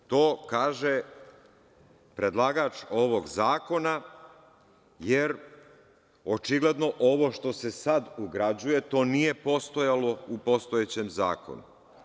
To kaže predlagač ovog zakona, jer očigledno ovo što se sad ugrađuje to nije postojalo u postojećem zakonu.